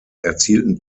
erzielten